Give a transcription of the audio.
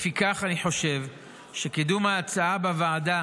לפיכך, אני חושב שקידום ההצעה בוועדה